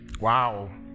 Wow